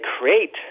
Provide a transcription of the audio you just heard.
create